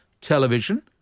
television